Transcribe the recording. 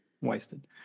wasted